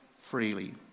freely